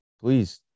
please